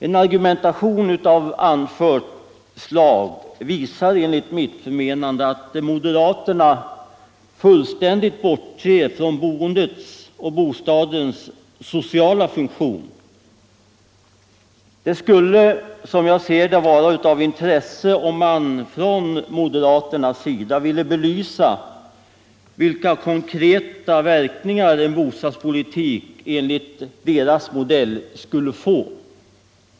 En argumentation av anfört slag visar att moderaterna fullständigt bortser från boendet och bostadens sociala funktion. Det skulle vara av intresse om man från moderaternas sida ville belysa vilka konkreta verkningar en bostadspolitik av deras modell skulle få.